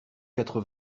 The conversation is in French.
quatre